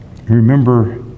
Remember